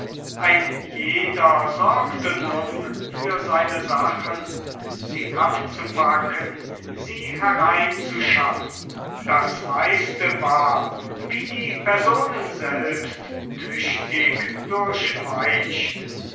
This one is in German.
ein jeder sorgte nun für seine sachen sie abzupacken sie hereinzuschaffen das meiste war wie die personen selbst tüchtig durchweicht